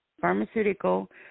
pharmaceutical